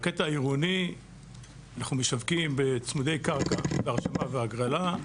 בקטע העירוני אנחנו משווקים בצמודי קרקע את ההרשמה וההגרלה,